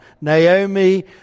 Naomi